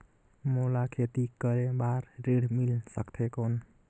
मोला खेती करे बार ऋण मिल सकथे कौन?